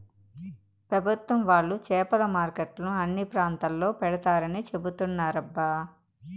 పెభుత్వం వాళ్ళు చేపల మార్కెట్లను అన్ని ప్రాంతాల్లో పెడతారని చెబుతున్నారబ్బా